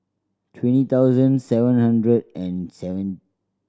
twenty thousand seven hundred and seven